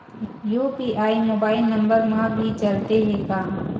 UPI mobile number मा भी चलते हे का?